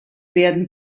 werden